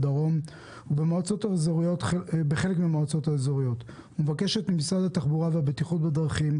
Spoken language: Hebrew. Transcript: בדרום ובחלק מהמועצות האזוריות ומבקשת ממשרד התחבורה והבטיחות בדרכים,